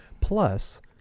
Plus